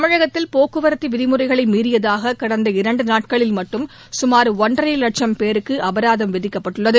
தமிழகத்தில் போக்குவரத்துவிதிமுறைகளைமீறியதாககடந்த இரண்டுநாட்களில் மட்டும் கமார் ஒன்றரைலட்சம் பேருக்குஅபராதம் விதிக்கப்பட்டுள்ளது